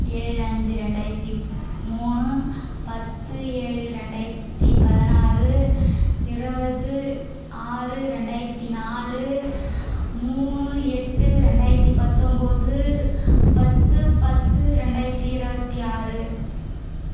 ஏழு அஞ்சு ரெண்டாயிரத்தி மூணு பத்து ஏழு ரெண்டாயிரத்தி பதினாறு இருவது ஆறு ரெண்டாயிரத்தி நாலு மூணு எட்டு ரெண்டாயிரத்தி பத்தொம்பது பத்து பத்து ரெண்டாயிரத்தி இருவத்தி ஆறு